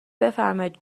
بفرمایید